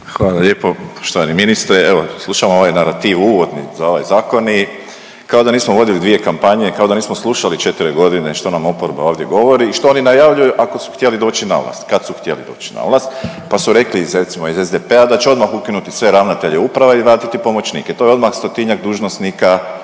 Hvala lijepo štovani ministre. Evo, slušamo ovaj narativ uvodni za ovaj Zakon i kao da nismo vodili dvije kampanje, kao da nismo slušali 4 godine što nam oporba ovdje govori i što oni najavljuju ako su htjeli doći na vlast, kad su htjeli doći na vlast pa su rekli, recimo iz SDP-a da će odmah ukinuti sve ravnatelje uprava i vratiti pomoćnike, to je odmah stotinjak dužnosnika